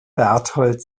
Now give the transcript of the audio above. bertold